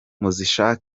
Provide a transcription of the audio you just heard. arizo